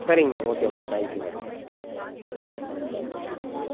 சரிங்க ma'am okay ma'am thank you ma'am thank you